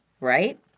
right